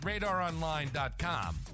radaronline.com